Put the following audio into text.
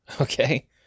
okay